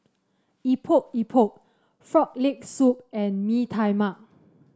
Epok Epok Frog Leg Soup and Mee Tai Mak